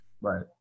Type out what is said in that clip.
Right